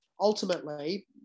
ultimately